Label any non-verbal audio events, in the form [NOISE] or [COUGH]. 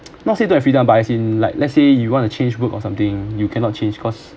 [NOISE] not say don't have freedom but as in like let's say you want to change work or something you cannot change cause